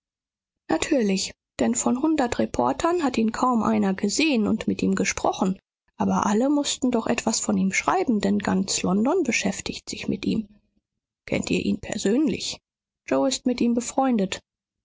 natürlich denn von hundert reportern hat ihn kaum einer gesehen und mit ihm gesprochen aber alle mußten doch etwas von ihm schreiben denn ganz london beschäftigt sich mit ihm kennt ihr ihn persönlich yoe ist mit ihm befreundet